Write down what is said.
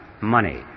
money